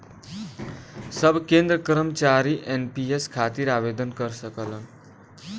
सब केंद्र कर्मचारी एन.पी.एस खातिर आवेदन कर सकलन